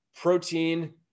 protein